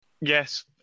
Yes